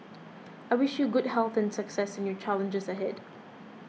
I wish you good health and success in your challenges ahead